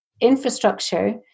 infrastructure